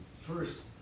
first